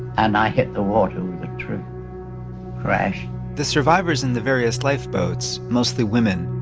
and i hit the water with a true crash the survivors in the various lifeboats, mostly women,